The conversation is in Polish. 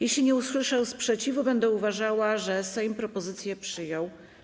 Jeśli nie usłyszę sprzeciwu, będę uważała, że Sejm propozycję przyjął.